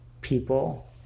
people